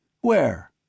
Where